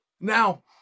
Now